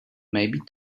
maybe